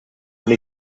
doch